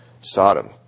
Sodom